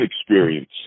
experience